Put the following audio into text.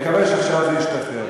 נקווה שעכשיו זה ישתחרר.